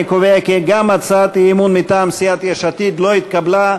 אני קובע כי גם הצעת האי-אמון מטעם סיעת יש עתיד לא התקבלה.